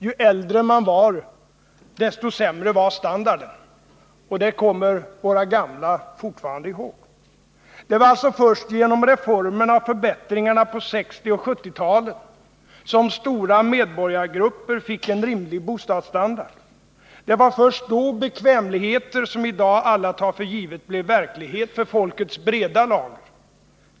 Ju äldre man var, desto sämre var standarden. Det kommer våra gamla fortfarande ihåg. Det var alltså först genom reformerna och förbättringarna på 1960 och 1970-talen som stora medborgargrupper fick en rimlig bostadsstandard. Det var först då bekvämligheter som i dag alla finner självklara blev verklighet för folkets breda lager.